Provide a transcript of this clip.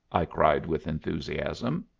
i cried with enthusiasm.